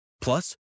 Plus